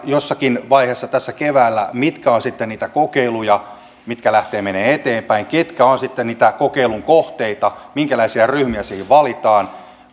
jossakin vaiheessa tässä keväällä me teemme linjauksia mitkä ovat sitten niitä kokeiluja mitkä lähtevät menemään eteenpäin ketkä ovat sitten niitä kokeilun kohteita minkälaisia ryhmiä siihen valitaan